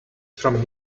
from